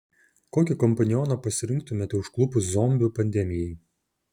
kokį kompanioną pasirinktumėte užklupus zombių pandemijai